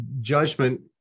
judgment